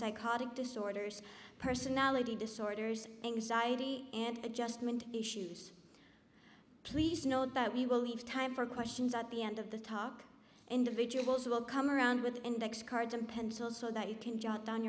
psychotic disorders personality disorders anxiety and adjustment issues please know that we will leave time for questions at the end of the talk individuals will come around with index cards and pencils so that you can jot down